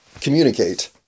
communicate